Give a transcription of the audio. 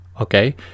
Okay